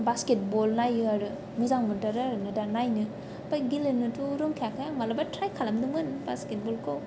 basket बल नायो आरो मोजां मोनथारो आरो दा नायनो ओमफाय गेलेनोथ' रोंखायाखा माब्लाबा ट्राइ खालामदोंमोन बास्केट बलखौ